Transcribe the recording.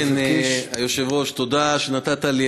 היושב-ראש, תודה שנתת לי.